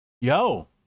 Yo